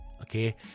okay